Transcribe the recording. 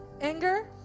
Anger